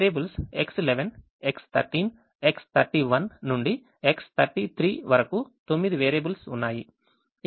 కాబట్టి మనకు variables X11 X13 X31 నుండి X33 వరకు 9 వేరియబుల్స్ ఉన్నాయి